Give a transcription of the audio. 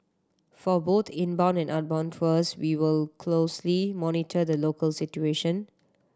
for both inbound and outbound tours we will closely monitor the local situation